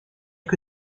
que